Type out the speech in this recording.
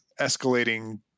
escalating